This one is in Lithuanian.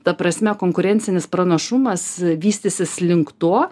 ta prasme konkurencinis pranašumas vystysis link to